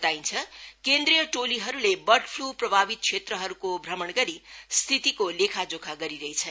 बताइन्छ केन्द्रीय टोलीहरूले बर्डफ्लू प्रभावित क्षेत्रहरूको भ्रमण गरी स्थितिको लेखाजोखा गरिरहेछ